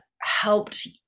helped